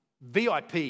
VIP